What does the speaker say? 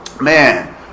man